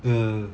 mm